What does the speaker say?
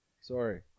Sorry